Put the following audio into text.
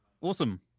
awesome